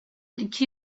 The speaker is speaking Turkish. iki